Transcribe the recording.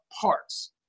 parts